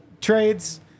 trades